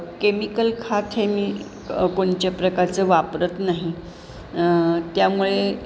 chemical खत हे मी कोणत्या प्रकारचं वापरत नाही त्यामुळे